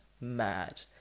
mad